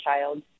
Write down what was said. child